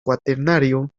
cuaternario